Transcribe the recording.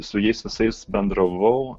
su jais visais bendravau